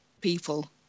people